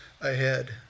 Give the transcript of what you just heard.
ahead